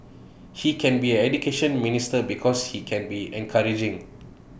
he can be an Education Minister because he can be encouraging